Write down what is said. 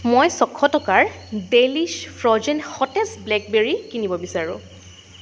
মই ছয়শ টকাৰ ডেলিছ ফ্ৰ'জেন সতেজ ব্লেকবেৰি কিনিব বিচাৰো